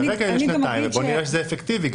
אז כרגע היא לשנתיים ובוא נראה שזה אפקטיבי.